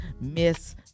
Miss